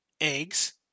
eggs